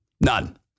None